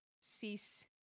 cease